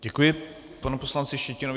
Děkuji panu poslanci Štětinovi.